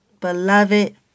Beloved